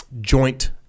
joint